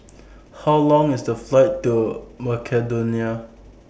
How Long IS The Flight to Macedonia